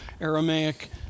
Aramaic